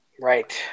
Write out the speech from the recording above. Right